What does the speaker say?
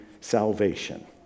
salvation